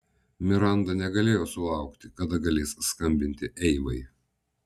miranda negalėjo sulaukti kada galės skambinti eivai